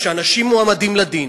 כשאנשים מועמדים לדין,